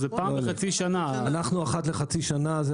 הסיכום הוא אחת לחצי שנה.